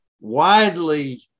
widely